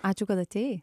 ačiū kad atėjai